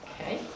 Okay